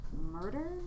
murder